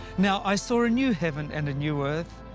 now, i saw a new heaven and a new earth,